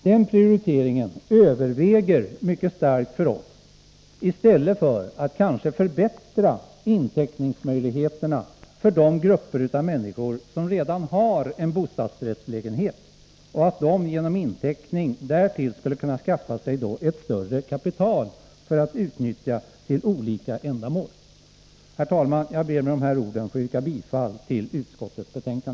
Denna prioritering överväger mycket starkt för oss, framför att kanske förbättra inteckningsmöjligheterna för de grupper av människor som redan har en bostadsrättslägenhet att skaffa sig ett större kapital att utnyttja till olika ändamål. Herr talman! Jag ber att med dessa ord få yrka bifall till utskottets hemställan.